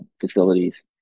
facilities